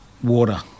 Water